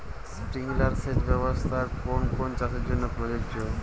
Sprinkler সেচ ব্যবস্থার কোন কোন চাষের জন্য প্রযোজ্য?